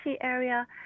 area